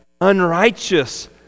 unrighteous